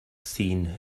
seen